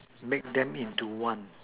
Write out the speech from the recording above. make them into one